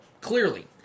clearly